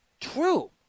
True